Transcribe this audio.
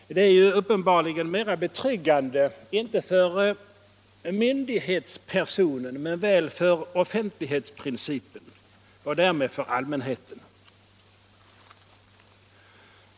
Detta är uppenbarligen mera betryggande, inte för myndighetspersonerna men väl för offentlighetsprincipen och därmed för allmänheten.